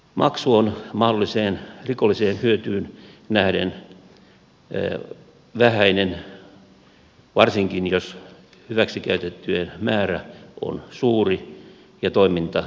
maksu on mahdolliseen rikolliseen hyötyyn nähden vähäinen varsinkin jos hyväksikäytettyjen määrä on suuri ja toiminta järjestelmällistä